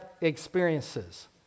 experiences